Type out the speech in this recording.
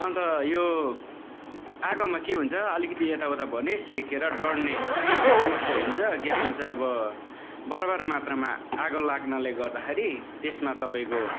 अन्त यो आगोमा के हुन्छ अलिकिति यताउता भयो भने सेकेर डढ्ने समस्या हुन्छ ग्यासमा चाहिँ अब बराबर मात्रामा आगो लाग्नाले गर्दाखेरि त्यसमा तपाईँको